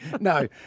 No